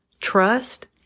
trust